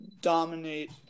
dominate